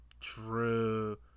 True